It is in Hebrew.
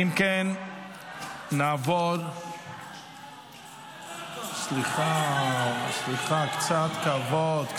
אם כן, נעבור, סליחה, קצת כבוד.